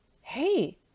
hey